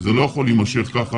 זה לא יכול להימשך כך.